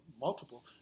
multiple